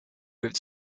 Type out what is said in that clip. with